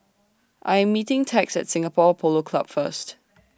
I Am meeting Tex At Singapore Polo Club First